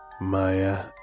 Maya